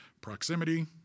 proximity